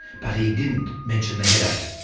but he didn't mention the headache.